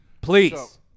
Please